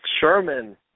Sherman